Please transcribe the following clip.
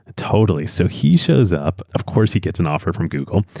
ah totally. so he shows up, of course, he gets an offer from google.